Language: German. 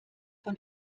von